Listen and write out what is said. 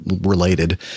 related